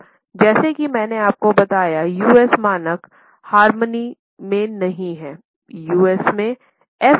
अब जैसा कि मैंने आपको बताया US मानक हारमनी में नहीं हैं